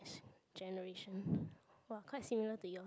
generation !woah! quite similar to yours